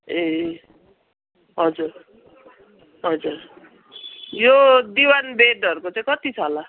ए हजुर हजुर यो दिवान बेडहरूको चाहिँ कति छ होला